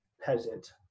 peasant